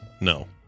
No